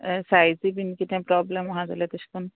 सायजी बीन कितें प्रोब्लेम आहा जाल्यार तेश कोन